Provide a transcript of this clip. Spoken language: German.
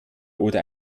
oder